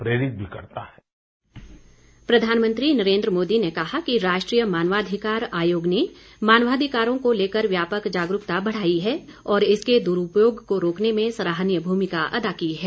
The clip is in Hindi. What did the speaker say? प्रधानमंत्री नरेन्द्र मोदी ने कहा कि राष्ट्रीय मानवाधिकार आयोग ने मानवाधिकारों को लेकर व्यापक जागरूकता बढ़ाई है और इसके दुरूपयोग को रोकने में सराहनीय भूमिका अदा की है